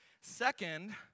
Second